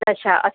दश अस्तु